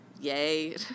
yay